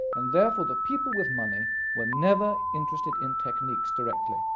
and therefore the people with money were never interested in techniques directly.